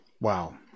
wow